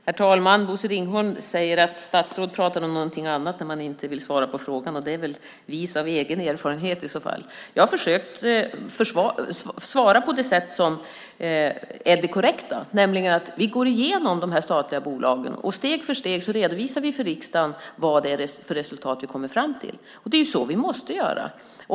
Herr talman! Bosse Ringholm säger att statsråden talar om någonting annat när de inte vill svara på frågor. Han är väl i så fall vis av egen erfarenhet. Jag har försökt svara på det korrekta sättet, nämligen att vi går igenom de statliga bolagen och redovisar, steg för steg, för riksdagen de resultat vi kommer fram till. Det är så vi måste göra.